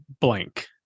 blank